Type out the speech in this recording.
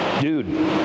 dude